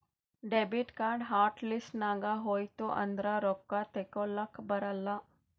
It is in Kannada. ಡೆಬಿಟ್ ಕಾರ್ಡ್ ಹಾಟ್ ಲಿಸ್ಟ್ ನಾಗ್ ಹೋಯ್ತು ಅಂದುರ್ ರೊಕ್ಕಾ ತೇಕೊಲಕ್ ಬರಲ್ಲ